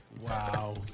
Wow